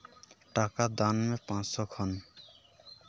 ᱴᱟᱠᱟ ᱫᱟᱱ ᱢᱮ ᱯᱟᱸᱥᱥᱳ ᱠᱷᱚᱱ